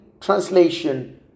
translation